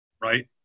right